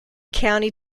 county